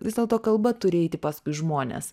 vis dėlto kalba turi eiti paskui žmones